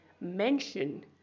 mention